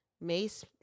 Mace